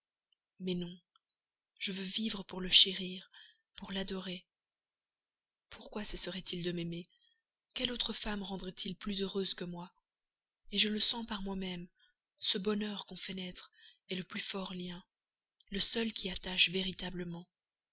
mais non je veux vivre pour le chérir pour l'adorer pourquoi cesserait il de m'aimer quelle autre femme rendrait-il plus heureuse que moi et je le sens par moi-même ce bonheur qu'on fait naître est le plus fort lien le seul qui attache véritablement